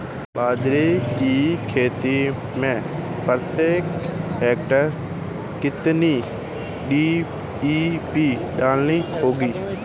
बाजरे की खेती में प्रति एकड़ कितनी डी.ए.पी डालनी होगी?